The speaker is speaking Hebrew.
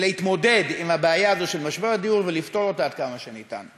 להתמודד עם הבעיה של משבר הדיור ולפתור אותה עד כמה שניתן.